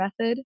method